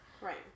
right